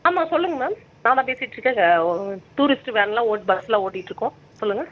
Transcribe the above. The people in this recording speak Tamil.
ஆமாம் சொல்லுங்கள் மேம் நான் தான் பேசிட்டு இருக்கேன்ங்க டூரிஸ்ட்டு வேனுலாம் பஸுலாம் ஓட்டிக்கிட்டு இருக்கோம் சொல்லுங்கள்